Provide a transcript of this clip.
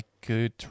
good